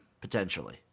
potentially